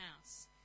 house